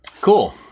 Cool